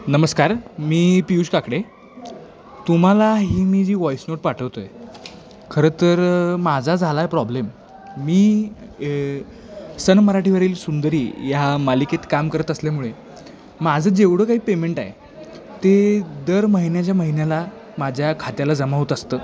नमस्कार मी पियुष काकडे तुम्हाला ही मी जी व्हॉईस नोट पाठवतो आहे खरं तर माझा झाला आहे प्रॉब्लेम मी सन मराठीवरील सुंदरी ह्या मालिकेत काम करत असल्यामुळे माझं जेवढं काय पेमेंट आहे ते दर महिन्याच्या महिन्याला माझ्या खात्याला जमा होत असतं